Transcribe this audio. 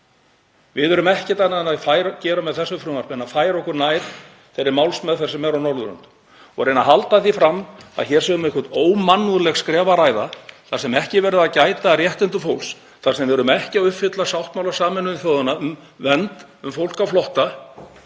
Við erum ekkert annað að gera með þessu frumvarpi en að færa okkur nær þeirri málsmeðferð sem er á Norðurlöndum. Og að reyna að halda því fram að hér sé um eitthvert ómannúðleg skref að ræða þar sem ekki sé verið að gæta að réttindum fólks, þar sem við séum ekki að uppfylla sáttmála Sameinuðu þjóðanna um vernd fólks á flótta,